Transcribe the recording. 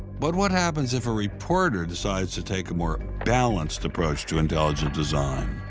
but what happens if a reporter decides to take a more balanced approach to intelligent design?